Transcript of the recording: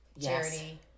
charity